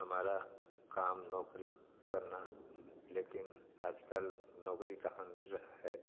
हमारा काम नौकरी करना लेकिन आजकाल नौकरी कहाँ मिल रहा है